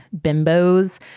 bimbos